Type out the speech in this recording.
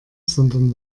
sondern